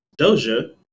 Doja